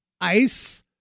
ice